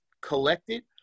collected